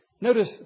notice